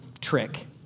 trick